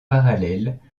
parallèles